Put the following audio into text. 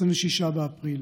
26 באפריל,